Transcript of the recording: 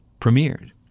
premiered